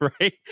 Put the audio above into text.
right